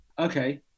okay